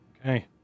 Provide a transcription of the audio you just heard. Okay